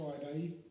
Friday